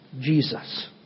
Jesus